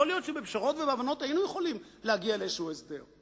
יכול להיות שבפשרות ובהבנות היינו יכולים להגיע לאיזשהו הסדר.